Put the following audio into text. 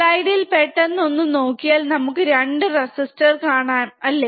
സ്ലൈഡ്യിൽ പെട്ടന്ന് ഒന്ന് നോക്കിയാൽ നമുക്ക് രണ്ട് റെസിസ്റ്റർസ് കാണാം അല്ലെ